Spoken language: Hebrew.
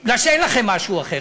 כי אין לכם משהו אחר.